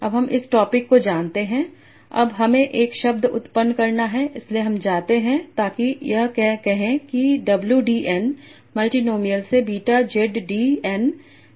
अब हम इस टॉपिक को जानते हैं अब हमें एक शब्द उत्पन्न करना है इसलिए हम जाते हैं ताकि यह कहे कि W d n मल्टीनोमियल से beta Z d n Z d n क्या है